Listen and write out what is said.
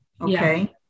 okay